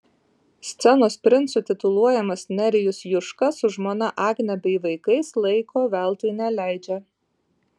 scenos princu tituluojamas nerijus juška su žmona agne bei vaikais laiko veltui neleidžia